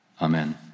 Amen